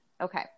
Okay